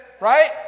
Right